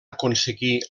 aconseguir